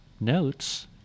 notes